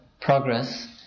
progress